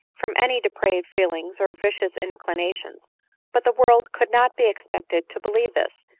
from any depraved feelings, or vicious inclinations but the world could not be expected to be lieve this,